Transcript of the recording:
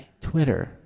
Twitter